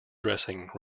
dressing